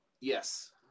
Yes